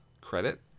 credit